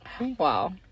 wow